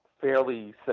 fairly